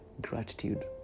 gratitude